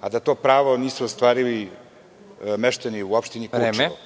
a da to pravo nisu ostvarili meštani u opštini Kučevo.